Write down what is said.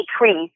decrease